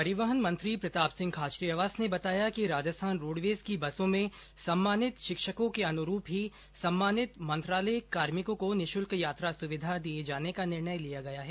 परिवहन मंत्री प्रताप सिंह खाचरियावास ने बताया कि राजस्थान रोड़वेज की बसों में सम्मानित शिक्षकों के अनुरूप ही सम्मानित मंत्रालयिक कार्मिको को निःशुल्क यात्रा सुविधा दिये जाने का निर्णय लिया गया है